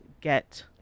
get